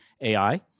AI